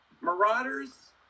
Marauders